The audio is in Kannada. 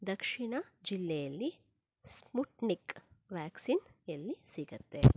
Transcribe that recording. ದಕ್ಷಿಣ ಜಿಲ್ಲೆಯಲ್ಲಿ ಸ್ಮುಟ್ನಿಕ್ ವ್ಯಾಕ್ಸಿನ್ ಎಲ್ಲಿ ಸಿಗತ್ತೆ